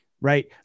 right